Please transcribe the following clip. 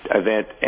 event